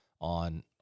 on